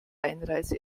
einreise